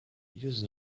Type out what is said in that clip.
use